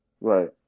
Right